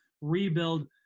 rebuild